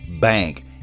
bank